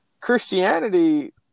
Christianity